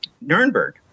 Nuremberg